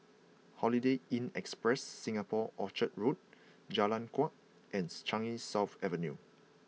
Holiday Inn Express Singapore Orchard Road Jalan Kuak and Changi South Avenue